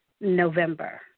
November